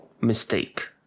Mistake